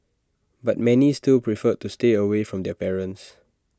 but many still preferred to stay away from their parents